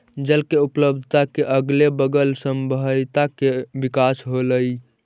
जल के उपलब्धता के अगले बगल सभ्यता के विकास होलइ